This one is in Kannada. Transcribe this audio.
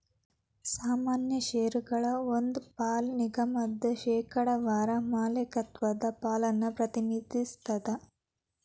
ಸಾಮಾನ್ಯ ಷೇರಗಳ ಒಂದ್ ಪಾಲ ನಿಗಮದ ಶೇಕಡಾವಾರ ಮಾಲೇಕತ್ವದ ಪಾಲನ್ನ ಪ್ರತಿನಿಧಿಸ್ತದ